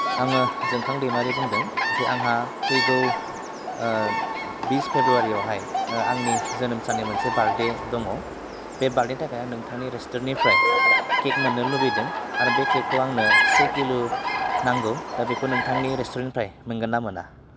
आङो जोंखां दैमारि बुंदों जे आंहा फैगौ बिस फेब्रुवारियावहाय आंनि जोनोम साननि मोनसे बार्थडे दङ बे बार्थडेनि थाखाय आं नोंथांनि रेस्टुरेन्टनिफ्राय केक मोननो लुबैदों आरो बे केकखौ आंनो से किल' नांगौ दा बेखौ नोंथांनि रेस्टुरेन्टनिफ्राय मोनगोन ना मोना